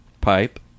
Pipe